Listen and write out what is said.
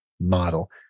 model